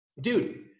dude